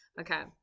Okay